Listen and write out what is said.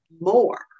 more